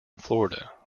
florida